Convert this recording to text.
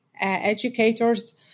educators